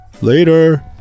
later